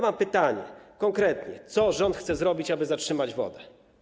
Mam pytanie, konkretnie: Co rząd chce zrobić, aby zatrzymać wodę?